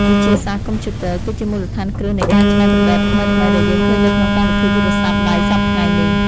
វិទ្យាសាស្ត្រកុំព្យូទ័រ គឺជាមូលដ្ឋានគ្រឹះនៃការច្នៃប្រឌិតថ្មីៗដែលយើងឃើញនៅក្នុងកម្មវិធីទូរស័ព្ទដៃសព្វថ្ងៃនេះ។